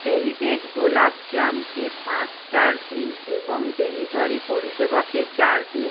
heritage গোলাপ জামকে পাঁচ স্টার দিন এবং ডেলিভারি পরিষেবাকে চার দিন